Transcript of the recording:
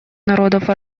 народов